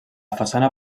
façana